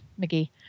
McGee